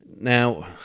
Now